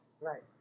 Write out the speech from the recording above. Right